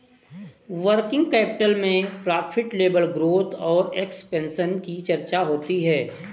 working capital में profit level growth और expansion की चर्चा होती है